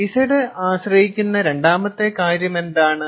Z ആശ്രയിക്കുന്ന രണ്ടാമത്തെ കാര്യം എന്താണ്